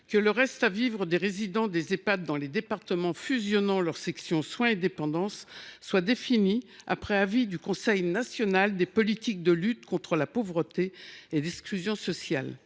que le reste à vivre des résidents des Ehpad dans les départements qui fusionneront leurs sections « soins » et « dépendance » sera défini après avis du Conseil national des politiques de lutte contre la pauvreté et l’exclusion sociale